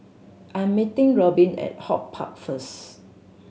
I'm meeting Robin at HortPark first